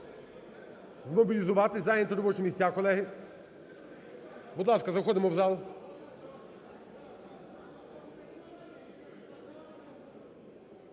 змобілізуватись, зайняти робочі місця, колеги, будь ласка, заходимо в зал.